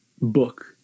book